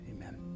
Amen